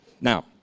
Now